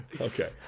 Okay